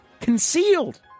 concealed